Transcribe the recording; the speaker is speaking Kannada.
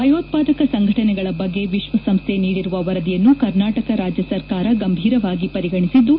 ಭಯೋತ್ಪಾದಕ ಸಂಘಟನೆಗಳ ಬಗ್ಗೆ ವಿಶ್ವ ಸಂಸ್ಥೆ ನೀಡಿರುವ ವರದಿಯನ್ನು ಕರ್ನಾಟಕ ರಾಜ್ಯ ಸರಕಾರ ಗಂಭೀರವಾಗಿ ಪರಿಗಣಿಸಿದ್ದು